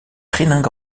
trilingue